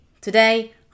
Today